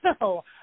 No